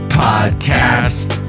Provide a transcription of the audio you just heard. podcast